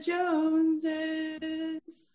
Joneses